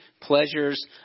pleasures